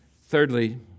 Thirdly